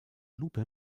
lupe